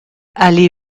allée